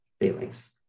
Feelings